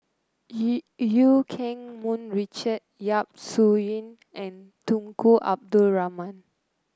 Eu Eu Keng Mun Richard Yap Su Yin and Tunku Abdul Rahman